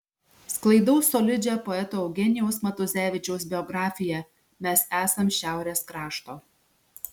sklaidau solidžią poeto eugenijaus matuzevičiaus biografiją mes esam šiaurės krašto